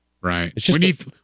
Right